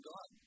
God